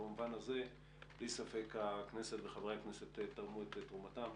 במובן הזה בלי ספק הכנסת וחברי הכנסת תרמו את תרומתם.